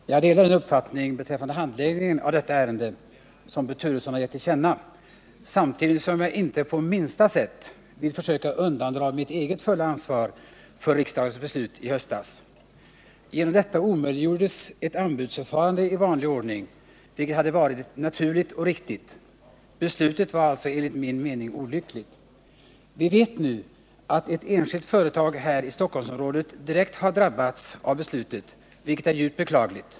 Herr talman! Jag delar den uppfattning beträffande handläggningen av detta ärende som Bo Turesson har gett till känna, samtidigt som jag inte på minsta sätt vill försöka undandra mig mitt eget fulla ansvar för riksdagens beslut i höstas. Genom detta omöjliggjordes ett anbudsförfarande i vanlig ordning, något som hade varit naturligt och riktigt. Beslutet var alltså enligt min mening olyckligt. Vi vet nu att ett enskilt företag i Stockholmsområdet direkt har drabbats av beslutet, vilket är djupt beklagligt.